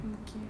okay